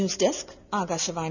news desk Akashvani